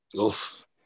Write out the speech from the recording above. Oof